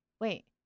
wait